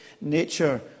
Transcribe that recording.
nature